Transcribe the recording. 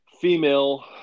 female –